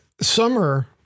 summer